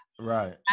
right